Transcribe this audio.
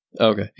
Okay